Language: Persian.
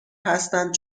هستند